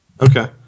Okay